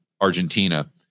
Argentina